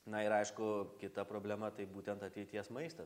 na ir aišku kita problema tai būtent ateities maistas